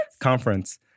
conference